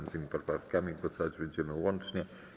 Nad tymi poprawkami głosować będziemy łącznie.